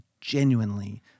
genuinely